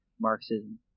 Marxism